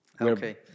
okay